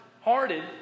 hearted